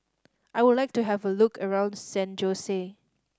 I would like to have a look around San Jose